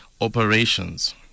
operations